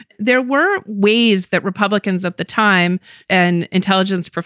there were ways that republicans at the time and intelligence,